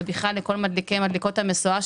ובכלל לכל מדליקי ומדליקות המשואה,